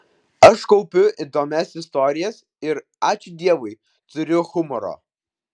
aš kaupiu įdomias istorijas ir ačiū dievui turiu humoro